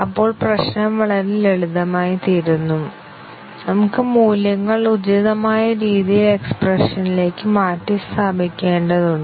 അപ്പോൾ പ്രശ്നം വളരെ ലളിതമായിത്തീരുന്നു നമുക്ക് മൂല്യങ്ങൾ ഉചിതമായ രീതിയിൽ എക്സ്പ്രഷനിലേക്ക് മാറ്റിസ്ഥാപിക്കേണ്ടതുണ്ട്